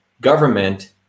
government